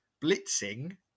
blitzing